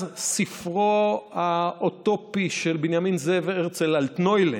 ספרו האוטופי של בנימין זאב הרצל אלטנוילנד,